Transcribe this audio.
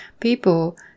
people